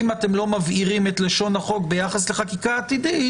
אם אתם לא מבהירים את לשון החוק ביחס לחקיקה עתידית,